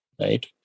right